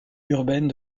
urbaine